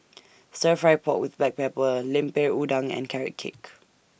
Stir Fry Pork with Black Pepper Lemper Udang and Carrot Cake